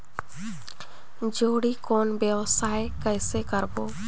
जोणी कौन व्यवसाय कइसे करबो?